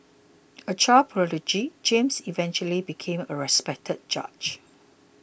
a child prodigy James eventually became a respected judge